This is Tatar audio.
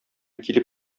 килеп